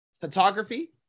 photography